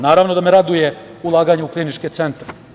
Naravno da me raduje i ulaganje u kliničke centre.